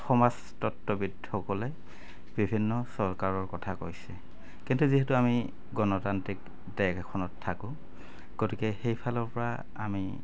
সমাজ তত্ববিদসকলে বিভিন্ন চৰকাৰৰ কথা কৈছে কিন্তু যিহেতু আমি গণতান্ত্ৰিক দেশ এখনত থাকোঁ গতিকে সেইফালৰপৰা আমি